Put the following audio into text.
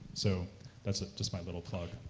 so that's ah just my little plug.